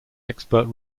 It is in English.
expert